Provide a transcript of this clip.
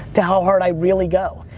to how hard i really go.